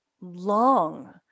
long